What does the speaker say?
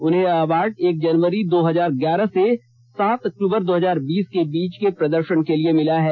उन्हें यह अवार्ड एक जनवरी दो हजार ग्यारह से सात अक्टूबर दो हजार बीस के बीच के प्रदर्शन के लिए मिला है